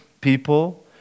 people